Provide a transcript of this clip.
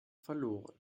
verloren